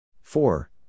four